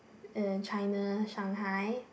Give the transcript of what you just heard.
uh China Shanghai